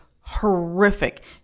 horrific